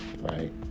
right